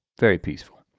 very peaceful,